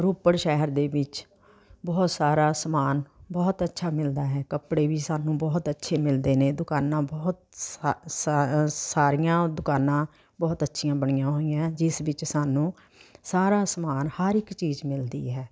ਰੋਪੜ ਸ਼ਹਿਰ ਦੇ ਵਿੱਚ ਬਹੁਤ ਸਾਰਾ ਸਮਾਨ ਬਹੁਤ ਅੱਛਾ ਮਿਲਦਾ ਹੈ ਕੱਪੜੇ ਵੀ ਸਾਨੂੰ ਬਹੁਤ ਅੱਛੇ ਮਿਲਦੇ ਨੇ ਦੁਕਾਨਾਂ ਬਹੁਤ ਸਾ ਸਾ ਸਾਰੀਆਂ ਦੁਕਾਨਾਂ ਬਹੁਤ ਅੱਛੀਆਂ ਬਣੀਆਂ ਹੋਈਆਂ ਹੈ ਜਿਸ ਵਿੱਚ ਸਾਨੂੰ ਸਾਰਾ ਸਮਾਨ ਹਰ ਇੱਕ ਚੀਜ਼ ਮਿਲਦੀ ਹੈ